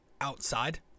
outside